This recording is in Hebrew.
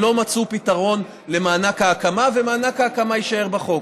הם לא מצאו פתרון למענק ההקמה ומענק ההקמה יישאר בחוק.